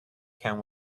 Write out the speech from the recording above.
can